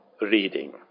reading